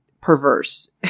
perverse